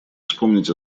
вспомнить